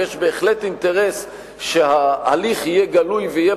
ויש בהחלט אינטרס שההליך יהיה גלוי ויהיה